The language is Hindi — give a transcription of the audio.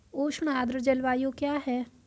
उष्ण आर्द्र जलवायु क्या है?